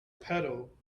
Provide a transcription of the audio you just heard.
pedal